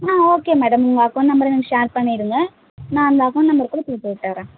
ஆ okay madam நீங்கள் account நம்பரை எனக்கு ஷேர் பண்ணிவிடுங்க நான் அந்த அக்கவுண்ட் நம்பருக்குள்ளே போட்டு விட்டுர்றேன்